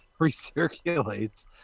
recirculates